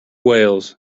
wales